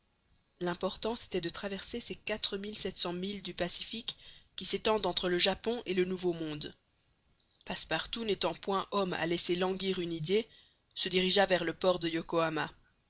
l'important c'était de traverser ces quatre mille sept cents milles du pacifique qui s'étendent entre le japon et le nouveau monde passepartout n'étant point homme à laisser languir une idée se dirigea vers le port de yokohama